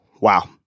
Wow